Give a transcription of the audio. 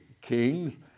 kings